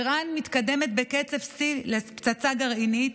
איראן מתקדמת בקצב שיא לפצצה גרעינית,